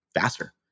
faster